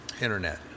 Internet